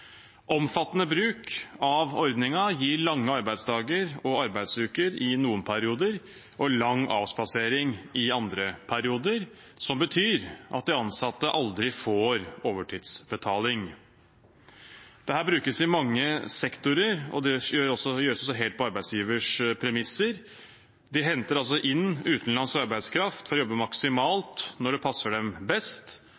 Omfattende bruk av ordningen gir lange arbeidsdager og arbeidsuker i noen perioder og lang avspasering i andre perioder, som betyr at de ansatte aldri får overtidsbetaling. Dette brukes i mange sektorer. Det gjøres helt på arbeidsgivers premisser. De henter inn utenlandsk arbeidskraft for å jobbe maksimalt